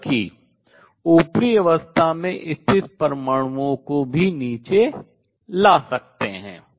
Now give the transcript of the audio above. बल्कि ऊपरी अवस्था में स्थित परमाणुओं को नीचे भी ला सकते हैं